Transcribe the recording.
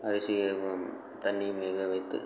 அரிசியவும் தண்ணியும் வேக வைத்து